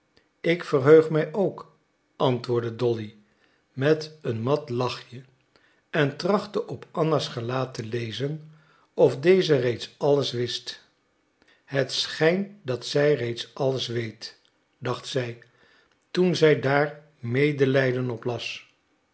ik verheug mij ook antwoordde dolly met een mat lachje en trachtte op anna's gelaat te lezen of deze reeds alles wist het schijnt dat zij reeds alles weet dacht zij toen zij daar medelijden op las